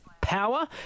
Power